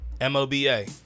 M-O-B-A